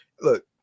Look